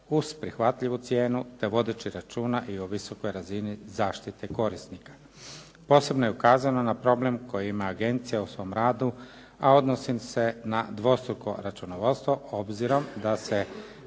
uz prihvatljivu cijenu, te vodeći računa i o visokoj razni zaštite korisnika. Posebno je ukazano na problem koji ima agencija u svom radu, a odnosi se na dvostruko računovodstvo obzirom da se